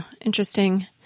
Interesting